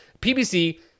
PBC